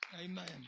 Amen